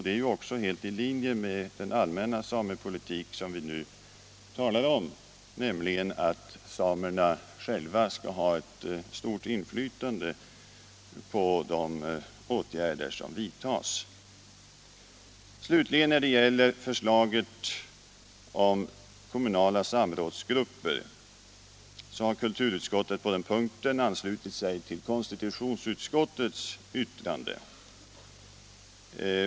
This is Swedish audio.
Dev är också helt i linje med den allmänna samepolitik som vi nu talar om, nämligen att samerna själva skall ha et stort inflytande på de åtgärder som vidtas. När det gäller förslaget om kommunala samrådsgrupper har kulturutskottet anslutit sig till konstitutionsutskottiets vtitrande.